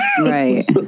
Right